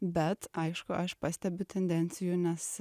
bet aišku aš pastebiu tendencijų nes